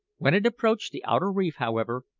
when it approached the outer reef, however,